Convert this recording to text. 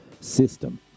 system